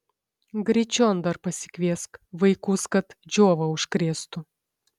gryčion dar pasikviesk vaikus kad džiova užkrėstų